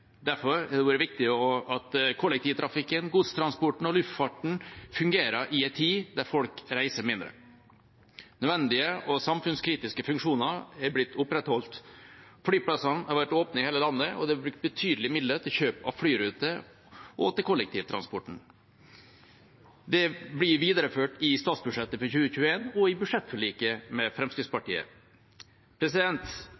Derfor har det vært viktig at kollektivtrafikken, godstransporten og luftfarten fungerer i en tid da folk reiser mindre. Nødvendige og samfunnskritiske funksjoner er blitt opprettholdt. Flyplassene har vært åpne i hele landet, og det er blitt brukt betydelige midler til kjøp av flyruter og til kollektivtransporten. Det blir videreført i statsbudsjettet for 2021 og i budsjettforliket med